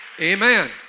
Amen